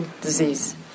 disease